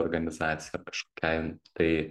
organizacijai ar kažkokiai tai